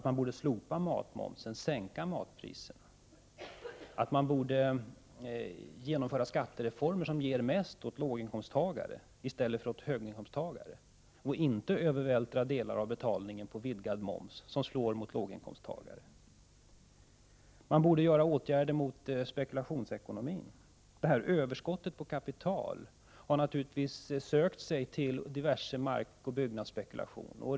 Man borde slopa matmomsen, sänka matpriserna, genomföra skattereformer som ger mest åt låginkomsttagare i stället för åt höginkomsttagare och inte övervältra delar av betalningen på vidgad moms, vilket slår mot låginkomsttagare. Man borde vidta åtgärder mot spekulationsekonomin. Överskottet på kapital har naturligtvis sökt sig till diverse markoch byggnadsspekula 37 tion.